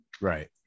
Right